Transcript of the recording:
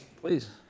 Please